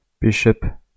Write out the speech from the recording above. Bishop